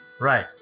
Right